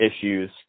issues